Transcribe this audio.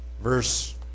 verse